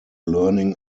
learning